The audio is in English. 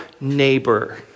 neighbor